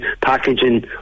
packaging